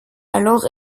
alors